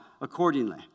accordingly